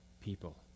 people